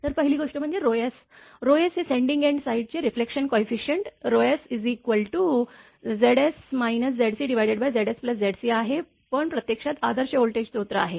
तर पहिली गोष्ट म्हणजे ss हे सेंडिंग एंड साइड चे रिफ्लेक्शन कोयफिसियंट s Zs ZcZsZcआहे पण प्रत्यक्षात आदर्श व्होल्टेज स्रोत आहे